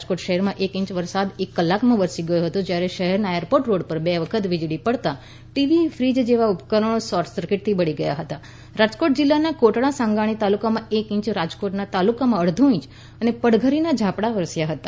રાજકોટ શહેરમાં એક ઇંચ વરસાદ એક કલાકમાં વરસી ગયો હતો જ્યારે શહેરમાં એરપોર્ટ રોડ પર બે વખત વીજળી પડતાં ટીવી ફ્રીજ જેવા ઉપકરણો શોર્ટ સર્કિટથી બળી ગયા હતા રાજકોટ જિલ્લાના કોટડાસાંગાણી તાલુકામાં એક ઇંચ રાજકોટ તાલુકામાં અડધો ઇંચ અને પડધરીમાં ઝાપટા વરસ્યા હતા